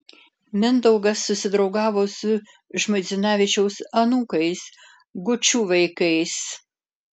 mindaugas susidraugavo su žmuidzinavičiaus anūkais gučų vaikais